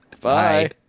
Bye